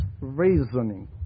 reasoning